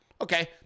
Okay